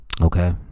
Okay